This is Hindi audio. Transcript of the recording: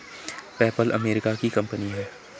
पैपल अमेरिका की कंपनी है